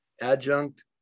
adjunct